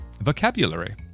vocabulary